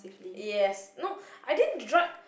yes no I didn't drug